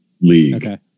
league